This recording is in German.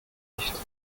nicht